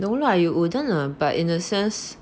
no lah you wouldn't lah but in a sense